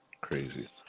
Crazy